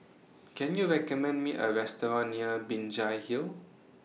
Can YOU recommend Me A Restaurant near Binjai Hill